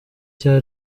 cya